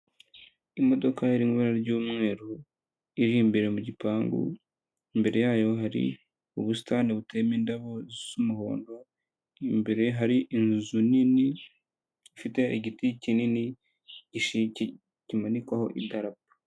Imodoka iri mu ibara ry'umweru iri imbere mu gipangu, imbere yayo hari ubusitani buteyemo indabo z'umuhondo, imbere hari inzu nini ifite igiti kinini kimanikwaho idarapo.